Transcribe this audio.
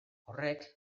horrek